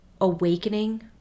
awakening